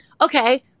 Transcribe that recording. okay